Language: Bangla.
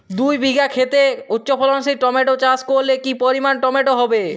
দুই বিঘা খেতে উচ্চফলনশীল টমেটো চাষ করলে কি পরিমাণ টমেটো হবে?